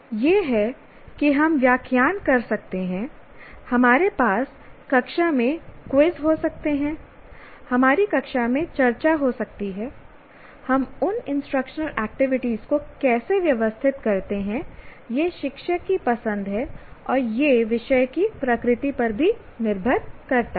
यह है कि हम व्याख्यान कर सकते हैं हमारे पास कक्षा में क्विज़ हो सकते हैं हमारी कक्षा में चर्चा हो सकती है हम उन इंस्ट्रक्शनल एक्टिविटीज को कैसे व्यवस्थित करते हैं यह शिक्षक की पसंद है और यह विषय की प्रकृति पर भी निर्भर करता है